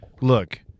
Look